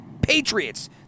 Patriots